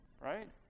Right